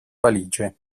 valige